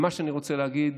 ומה שאני רוצה להגיד,